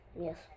yes